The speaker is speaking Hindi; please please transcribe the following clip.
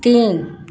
तीन